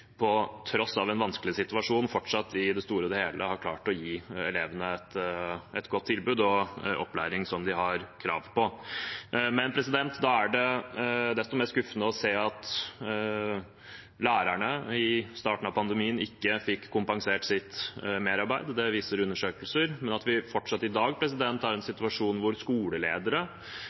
på tross av en vanskelig situasjon fortsatt i det store og hele har klart å gi elevene et godt tilbud og en opplæring som de har krav på. Men da er det desto mer skuffende å se at lærerne i starten av pandemien ikke fikk kompensert sitt merarbeid – det viser undersøkelser – men at vi fortsatt i dag er i en situasjon hvor skoleledere